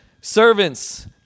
Servants